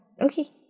Okay